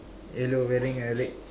yellow wearing uh red